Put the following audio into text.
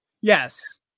Yes